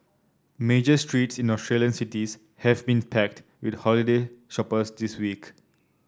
major streets in Australian cities have been packed with holiday shoppers this week